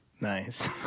Nice